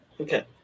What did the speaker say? Okay